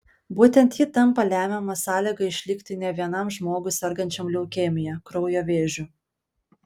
būtent ji tampa lemiama sąlyga išlikti ne vienam žmogui sergančiam leukemija kraujo vėžiu